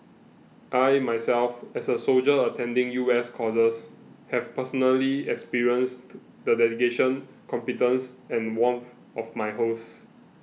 I myself as a soldier attending US courses have personally experienced the dedication competence and warmth of my hosts